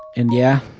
and, yeah,